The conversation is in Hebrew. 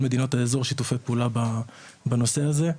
מדינות האזור שיתופי פעולה בנושא הזה,